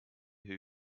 who